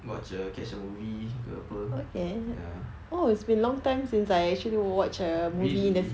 watch a catch a movie ke apa ya really